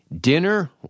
Dinner